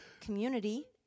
community